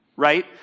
Right